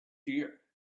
year